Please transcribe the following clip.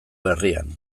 berrian